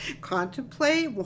contemplate